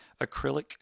acrylic